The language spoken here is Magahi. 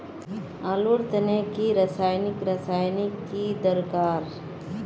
आलूर तने की रासायनिक रासायनिक की दरकार?